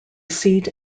seat